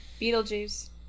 Beetlejuice